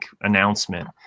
announcement